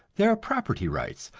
there are property rights,